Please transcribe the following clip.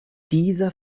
dieser